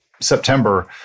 September